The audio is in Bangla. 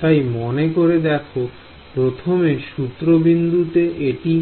তাই মনে করে দেখো প্রথমে সূত্র বিন্দুতে এটি